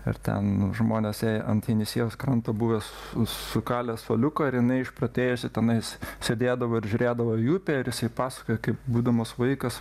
ir ten žmonės jai ant jenisiejaus kranto buvęs sukalę suoliuką ir jinai išprotėjusi tenais sėdėdavo ir žiūrėdavo į upę ir jisai pasakojo kaip būdamas vaikas